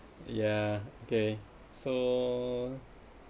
yeah okay so